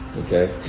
Okay